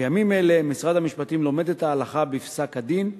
בימים אלה משרד המשפטים לומד את ההלכה בפסק-הדין,